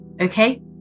Okay